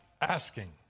asking